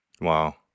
Wow